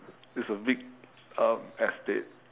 it's a big um estate